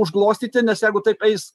užglostyti nes jeigu taip eis